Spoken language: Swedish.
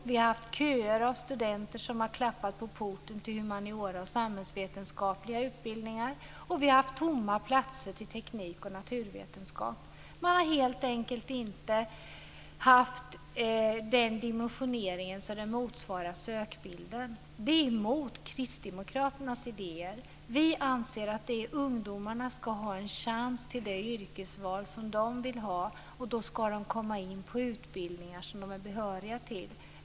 Vi har haft köer av studenter som har klappat på porten till humaniora och samhällsvetenskapliga utbildningar, och vi har haft tomma platser till teknik och naturvetenskap. Dimensioneringen har helt enkelt inte motsvarat sökbilden. Detta är emot Kristdemokraternas idéer. Vi anser att ungdomarna ska ha en chans att göra det yrkesval som de själva vill, och då ska de komma in på utbildningar som de är behöriga till.